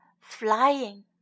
flying